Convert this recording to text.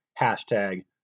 Hashtag